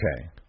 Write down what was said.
Okay